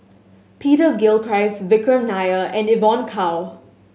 Peter Gilchrist Vikram Nair and Evon Kow